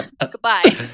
Goodbye